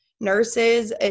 Nurses